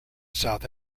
south